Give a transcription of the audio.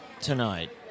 tonight